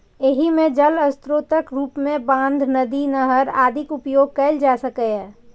एहि मे जल स्रोतक रूप मे बांध, नदी, नहर आदिक उपयोग कैल जा सकैए